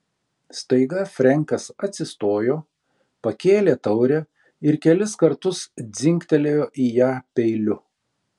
staiga frenkas atsistojo pakėlė taurę ir kelis kartus dzingtelėjo į ją peiliu